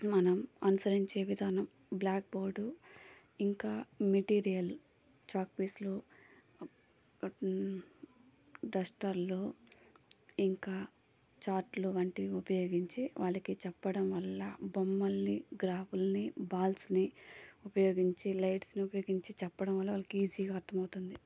మనం అనుసరించే విధానం బ్లాక్ బోర్డు ఇంకా మెటీరియల్ చాక్పీసులు డస్టర్లు ఇంకా చాట్లు వంటి ఉపయోగించి వాళ్ళకి చెప్పడం వల్ల బొమ్మల్ని గ్రాఫులని బాల్స్ని ఉపయోగించి లైట్స్ ఉపయోగించి చెప్పడం వల్ల వాళ్ళకి ఈజీగా అర్థమవుతుంది